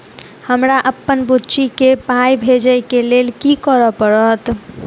हमरा अप्पन बुची केँ पाई भेजइ केँ लेल की करऽ पड़त?